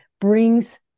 brings